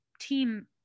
team